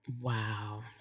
Wow